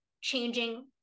changing